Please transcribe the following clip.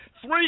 Three